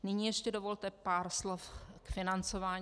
Nyní ještě dovolte pár slov k financování.